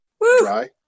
dry